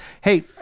Hey